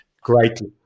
greatly